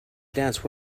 dance